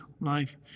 life